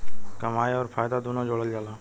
कमाई अउर फायदा दुनू जोड़ल जला